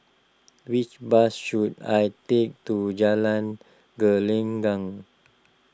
which bus should I take to Jalan Gelenggang